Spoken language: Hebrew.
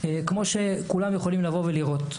כמו שכולם יכולים לבוא ולראות.